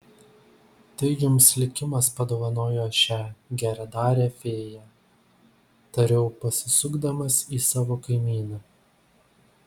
tai jums likimas padovanojo šią geradarę fėją tariau pasisukdamas į savo kaimyną